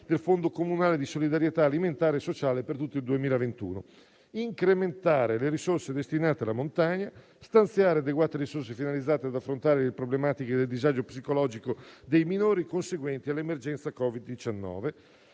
del fondo comunale di solidarietà, alimentare e sociale per tutto il 2021. Occorre incrementare le risorse destinate alla montagna; stanziare adeguate risorse finalizzate ad affrontare le problematiche del disagio psicologico dei minori conseguenti all'emergenza Covid-19;